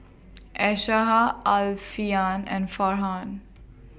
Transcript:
Aishah Alfian and Farhan